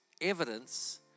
evidence